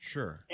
Sure